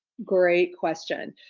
great question.